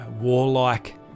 warlike